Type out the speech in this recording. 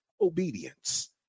obedience